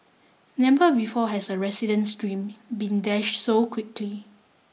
never before has a resident's dream been dashed so quickly